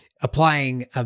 applying